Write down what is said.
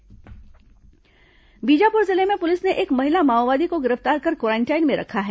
माओवादी क्वारेंटाइन बीजापुर जिले में पुलिस ने एक महिला माओवादी को गिरफ्तार कर क्वारेंटाइन में रखा है